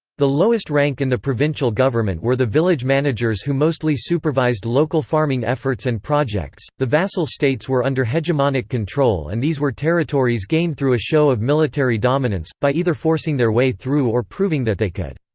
the lowest rank in the provincial government were the village managers who mostly supervised local farming efforts and projects the vassal states were under hegemonic control and these were territories gained through a show of military dominance by either forcing their way through or proving that they could.